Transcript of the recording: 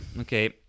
Okay